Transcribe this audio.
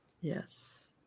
Yes